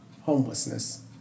Homelessness